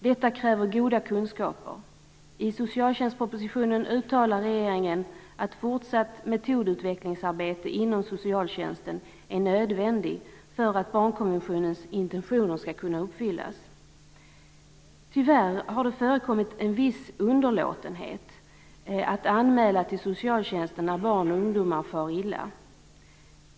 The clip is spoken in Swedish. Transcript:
Detta kräver goda kunskaper. I socialtjänstpropositionen uttalar regeringen att fortsatt metodutvecklingsarbete inom socialtjänsten är nödvändigt för att barnkonventionens intentioner skall kunna uppfyllas. Tyvärr har det förekommit en viss underlåtenhet att anmäla till socialtjänsten när barn och ungdomar far illa.